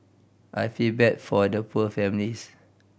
I feel bad for the poor families